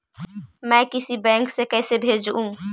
मैं किसी बैंक से कैसे भेजेऊ